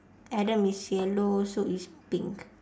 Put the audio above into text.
adam is yellow sue is pink